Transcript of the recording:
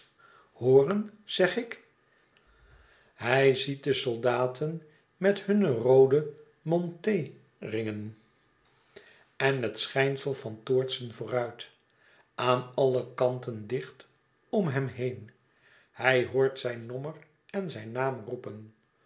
te drukgen en het schijnsel van toortsen vooruit aan al e kanten dicht om hem heen hij hoort zijn nommer en zijn naam roepen